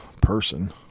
person